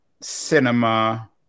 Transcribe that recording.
cinema